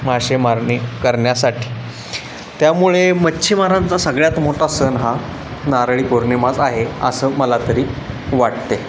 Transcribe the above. मासेमारणी करण्यासाठी त्यामुळे मच्छीमारांचा सगळ्यात मोठा सण हा नारळी पौर्णिमाच आहे असं मला तरी वाटते